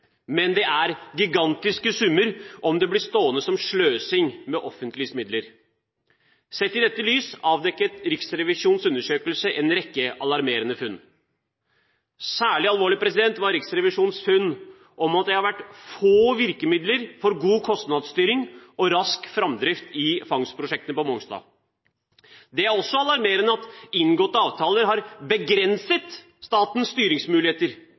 Men det er gigantiske summer om det blir stående som sløsing med offentlige midler. Sett i dette lys avdekket Riksrevisjonens undersøkelse en rekke alarmerende funn. Særlig alvorlig var Riksrevisjonens funn av at det har vært få virkemidler for god kostnadsstyring og rask framdrift i fangstprosjektene på Mongstad. Det er også alarmerende at inngåtte avtaler har begrenset statens styringsmuligheter,